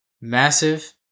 massive